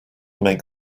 make